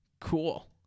Cool